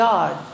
God